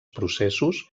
processos